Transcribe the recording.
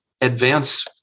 advance